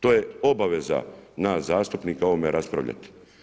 To je obaveza nas zastupnika o ovome raspravljati.